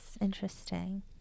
interesting